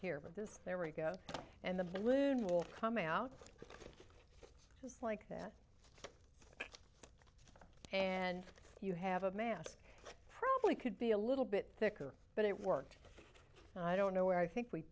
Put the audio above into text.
here but this there we go and the balloon will come out just like that and you have a mask probably could be a little bit thicker but it worked i don't know where i think we